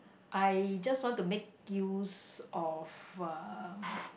I just want to make use of a